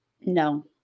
No